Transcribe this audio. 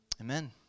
Amen